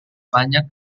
banyak